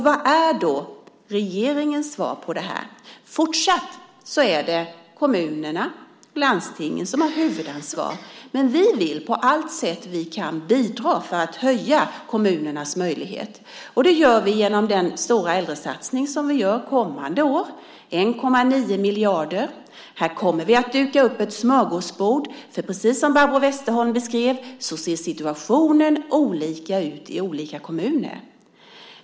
Vad är då regeringens svar på detta? Fortsatt är det kommunerna och landstingen som har huvudansvaret, men vi vill på alla sätt vi kan bidra till att förbättra kommunernas möjlighet. Det gör vi genom den stora äldresatsningen under kommande år på 1,9 miljarder. Här kommer vi att duka upp ett smörgåsbord, för precis som Barbro Westerholm beskrev det ser situationen olika ut i olika kommuner.